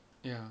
ya